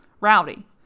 rowdy